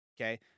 Okay